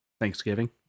Thanksgiving